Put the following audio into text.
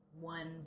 one